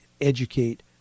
educate